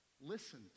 Listen